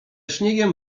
śniegiem